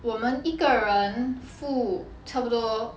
我们一个人付差不多